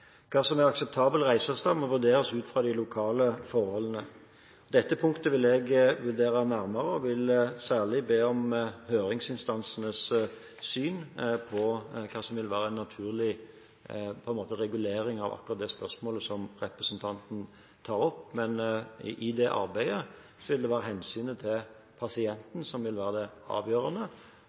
Hva som er akseptabel reiseavstand, må vurderes ut fra de lokale forholdene. Dette punktet vil jeg vurdere nærmere og vil særlig be om høringsinstansenes syn på hva som vil være naturlig regulering av akkurat det spørsmålet som representanten tar opp, men i det arbeidet vil det være hensynet til pasienten som vil være det avgjørende.